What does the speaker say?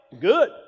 Good